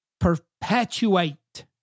perpetuate